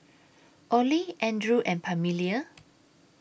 Oley Andrew and Pamelia